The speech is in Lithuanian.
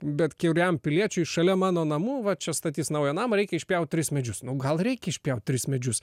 bet kuriam piliečiui šalia mano namų va čia statys naują namą reikia išpjaut tris medžius nu gal reikia išpjaut tris medžius